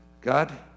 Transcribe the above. God